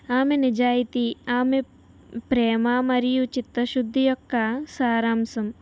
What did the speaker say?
ఆమె నిజాయితీ ఆమె ప్రేమా మరియు చిత్తశుద్ధి యొక్క సారాంశం